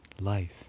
life